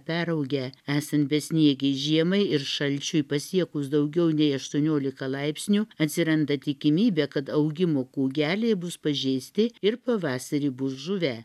peraugę esant besniegei žiemai ir šalčiui pasiekus daugiau nei aštuoniolika laipsnių atsiranda tikimybė kad augimo kūgeliai bus pažeisti ir pavasarį bus žuvę